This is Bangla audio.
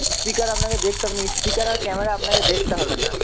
স্পিকার আপনাকে দেখতে হবে না স্পিকার আর ক্যামেরা আপনাকে দেখতে হবে না